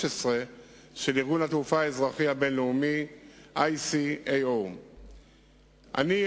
של ארגון התעופה האזרחי הבין-לאומי ICAO. אני,